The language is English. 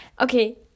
Okay